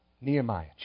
Nehemiah